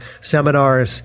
seminars